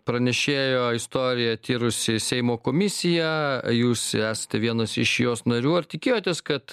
pranešėjo istoriją tyrusi seimo komisija jūs esate vienas iš jos narių ar tikėjotės kad